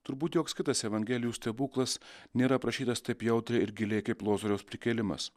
turbūt joks kitas evangelijų stebuklas nėra aprašytas taip jautriai ir giliai kaip lozoriaus prikėlimas